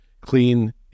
clean